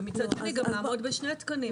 ומצד שני גם לעמוד בשני התקנים זו בעיה.